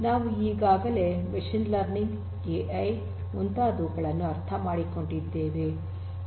ನಾವು ಈಗಾಗಲೇ machine learning AI ಮುಂತಾದವುಗಳನ್ನು ಅರ್ಥ ಮಾಡಿಕೊಂಡಿದ್ದೇವೆ